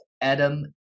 Adam